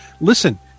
Listen